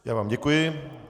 Já vám děkuji.